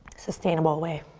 sustainable way.